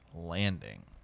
landing